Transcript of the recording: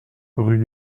rue